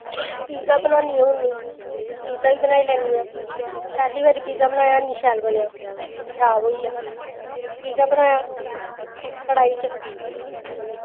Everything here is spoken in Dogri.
पिज्जा बनानी होन्नी ते पिज्जा बी बनाई लैन्नी आं पैह्ली बारी पिज्जा बनाया ऐ निं शैल बनेआ खराब होइया शैल निं बनेआ कड़ाई च